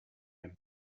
him